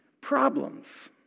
problems